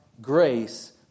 grace